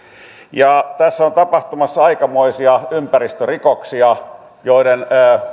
tässä on tapahtumassa aikamoisia ympäristörikoksia joiden